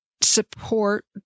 support